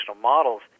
models